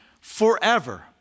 forever